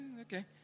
okay